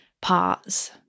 parts